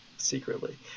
secretly